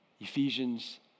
Ephesians